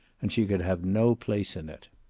and she could have no place in it.